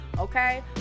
okay